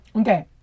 Okay